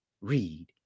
read